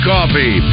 Coffee